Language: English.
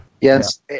yes